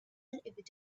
evident